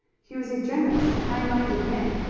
he was a generous and high-minded man.